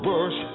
Bush